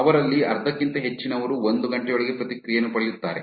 ಅವರಲ್ಲಿ ಅರ್ಧಕ್ಕಿಂತ ಹೆಚ್ಚಿನವರು ಒಂದು ಗಂಟೆಯೊಳಗೆ ಪ್ರತಿಕ್ರಿಯೆಯನ್ನು ಪಡೆಯುತ್ತಾರೆ